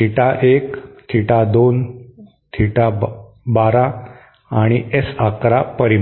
theta 1 theta 2 theta 1 2 आणि S 1 1 परिमाण